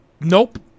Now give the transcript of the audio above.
Nope